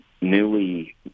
newly